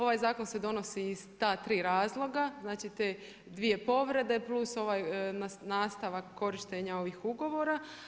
Ovaj zakon se donosi iz ta tri razloga, te dvije povrede plus ovaj nastavak korištenja ovih ugovora.